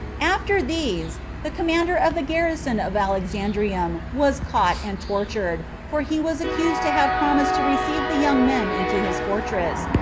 after these, the commander of the garrison of alexandrium was caught and tortured for he was accused to have promised to receive the young men into his fortress,